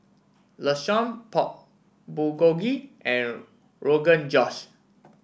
Lasagne Pork Bulgogi and Rogan Josh